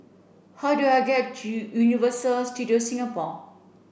how do I get to Universal Studios Singapore